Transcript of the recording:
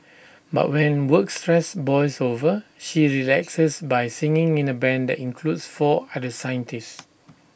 but when work stress boils over she relaxes by singing in A Band that includes four other scientists